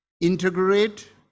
integrate